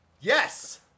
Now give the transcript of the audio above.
Yes